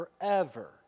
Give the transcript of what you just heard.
forever